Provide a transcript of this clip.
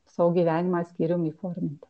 savo gyvenimą skyrium įforminti